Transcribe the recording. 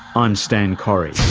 i'm stan correy.